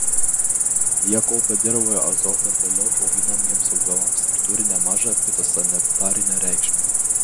jie kaupia dirvoje azotą vėliau auginamiems augalams ir turi nemažą fitosanitarinę reikšmę